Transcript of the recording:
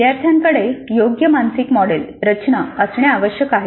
विद्यार्थ्यांकडे योग्य मानसिक मॉडेल रचना असणे आवश्यक आहे